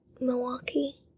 Milwaukee